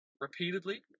repeatedly